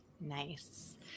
Nice